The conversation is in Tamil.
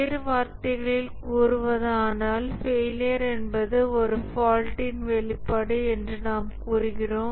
வேறு வார்த்தைகளில் கூறுவதானால் ஃபெயிலியர் என்பது ஒரு ஃபால்ட்டின் வெளிப்பாடு என்று நாம் கூறுகிறோம்